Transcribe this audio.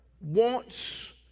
wants